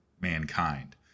mankind